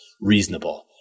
reasonable